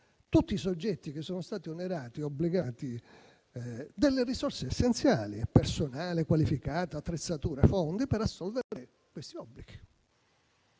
tutti i soggetti che sono stati onerati e obbligati delle risorse essenziali (personale qualificato, attrezzature, fondi) per assolvere a questi obblighi.